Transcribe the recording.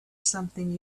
something